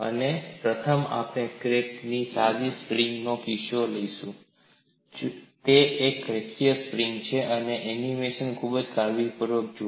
અને પ્રથમ આપણે એક સાદી સ્પ્રિંગ નો કિસ્સો લઈએ તે એક રૈખિક સ્પ્રિંગ છે અને એનિમેશન ખૂબ કાળજીપૂર્વક જુઓ